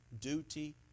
duty